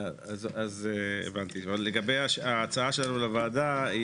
לגבי ההצעה שלנו לוועדה,